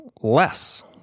less